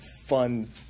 fun